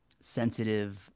sensitive